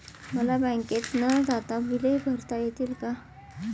मला बँकेत न जाता बिले भरता येतील का?